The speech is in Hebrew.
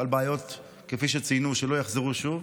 על בעיות, כפי שציינו, שלא יחזרו שוב,